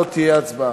לא תהיה הצבעה.